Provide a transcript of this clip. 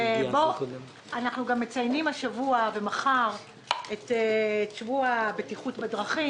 אנחנו גם מציינים השבוע את שבוע הבטיחות בדרכים,